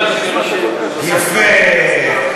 יפה.